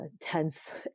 tense